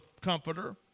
comforter